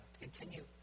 continue